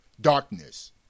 darkness